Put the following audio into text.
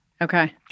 Okay